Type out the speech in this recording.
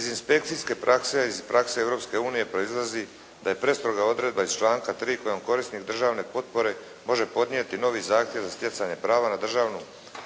Iz inspekcijske prakse, iz prakse Europske unije proizlazi da je prestroga odredba članka 3. kojem korisnik državne potpore može podnijeti novi zahtjev za stjecanje prava na državnu